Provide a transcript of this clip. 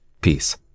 Peace